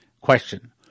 question